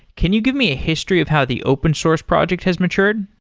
can you give me a history of how the open source project has matured?